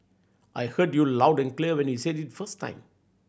I heard you loud and clear when you said it first time